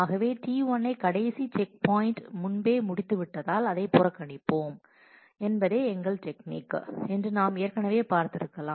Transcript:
ஆகவே T1 ஐ கடைசி செக்பாயின்ட் முன்பே முடித்துவிட்டதால் அதைப் புறக்கணிப்போம் என்பதே எங்கள் டெக்னிக் என்று நாம் ஏற்கனவே பார்த்திருக்கலாம்